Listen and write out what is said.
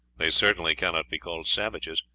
they certainly cannot be called savages,